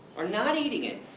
or not eating it.